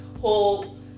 whole